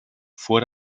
vor